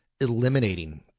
eliminating